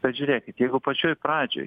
bet žiūrėkit jeigu pačioj pradžioj